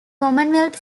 commonwealth